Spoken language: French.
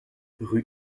rue